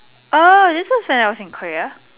oh this was when I was in Korea